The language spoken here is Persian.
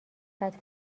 قدر